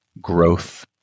growth